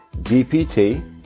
dpt